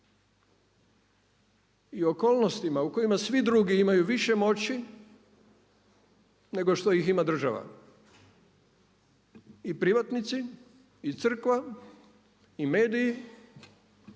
I okolnostima u kojima svi drugi imaju više moći nego što ih ima država i privatnici i crkva i mediji